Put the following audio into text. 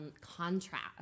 contrast